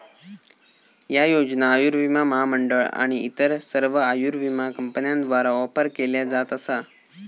ह्या योजना आयुर्विमा महामंडळ आणि इतर सर्व आयुर्विमा कंपन्यांद्वारा ऑफर केल्या जात असा